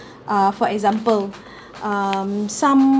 uh for example um some